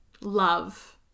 love